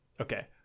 okay